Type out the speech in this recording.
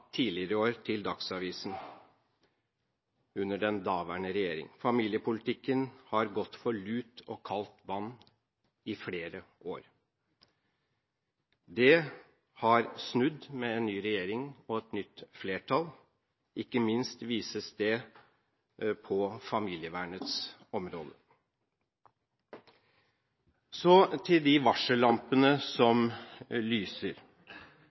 tidligere i år til Dagsavisen – under den daværende regjering: Familiepolitikken har gått for lut og kaldt vann i flere år. Det har snudd med en ny regjering og et nytt flertall, ikke minst vises det på familievernets område. Så til de varsellampene som lyser.